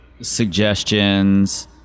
suggestions